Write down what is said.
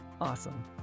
Awesome